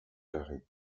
carrée